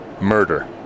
murder